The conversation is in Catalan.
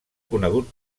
conegut